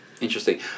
Interesting